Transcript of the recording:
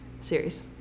series